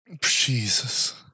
Jesus